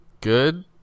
good